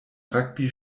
rugby